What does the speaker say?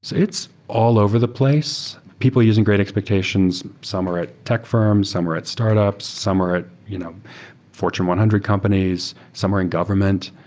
it's all over the place. people are using great expectations, some are at tech fi rms. some are at startups. some are at you know fortune one hundred companies. some are in government.